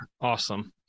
Awesome